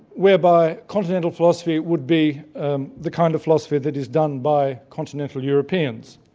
whereby continental philosophy would be the kind of philosophy that is done by continental european, so